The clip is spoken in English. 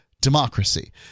democracy